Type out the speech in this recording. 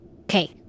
Okay